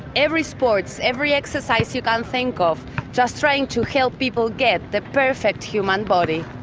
every sport, so every exercise you can think of just trying to help people get the perfect human body.